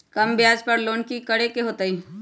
कम ब्याज पर लोन की करे के होतई?